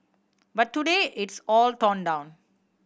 but today it's all torn down